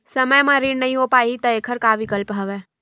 समय म ऋण नइ हो पाहि त एखर का विकल्प हवय?